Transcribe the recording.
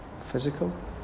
physical